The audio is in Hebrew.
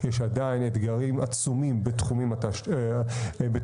יש עדיין אתגרים עצומים בתחומי התשתיות,